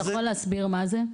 אתה יכול להסביר מה זה?